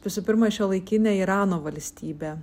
visų pirma šiuolaikinė irano valstybė